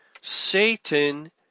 Satan